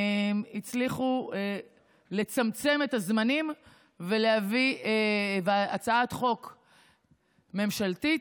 הצליחו לצמצם את הזמנים ולהביא הצעת חוק ממשלתית.